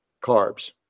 carbs